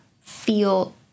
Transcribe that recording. feel